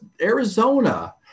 Arizona